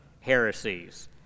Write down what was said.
heresies